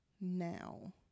now